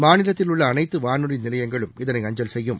மாநிலத்தில் உள்ள அனைத்து வானொலி நிலையங்களும் இதனை அஞ்சல் செய்யும்